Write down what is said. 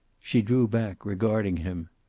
she drew back, regarding him.